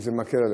אם זה מקל עליך.